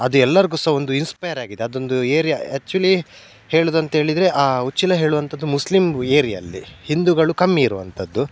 ಅದು ಎಲ್ಲರುಗೂ ಸಹ ಒಂದು ಇನ್ಸ್ಪೈರಾಗಿದೆ ಅದೊಂದು ಏರಿಯಾ ಆ್ಯಕ್ಚುಲಿ ಹೇಳೋದಂತೇಳಿದ್ರೆ ಆ ಉಚ್ಚಿಲ ಹೇಳುವಂಥದ್ದು ಮುಸ್ಲಿಮ್ ಏರಿಯಾ ಅಲ್ಲಿ ಹಿಂದೂಗಳು ಕಮ್ಮಿ ಇರುವಂಥದ್ದು